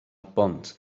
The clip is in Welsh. bont